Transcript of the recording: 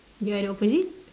you are the opposite